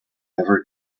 ever